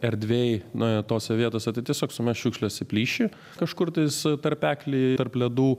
erdvėj na tose vietose tai tiesiog sumes šiukšles į plyšį kažkur tais tarpekly tarp ledų